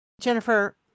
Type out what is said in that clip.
Jennifer